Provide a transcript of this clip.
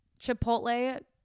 Chipotle